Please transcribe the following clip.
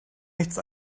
nichts